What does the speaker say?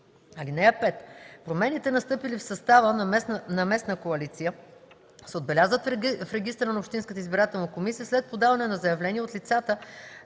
коалиция. (5) Промените, настъпили в състава на местна коалиция, се отбелязват в регистъра на общинската избирателна комисия след подаване на заявление от лицата,